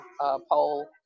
poll